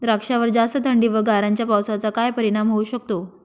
द्राक्षावर जास्त थंडी व गारांच्या पावसाचा काय परिणाम होऊ शकतो?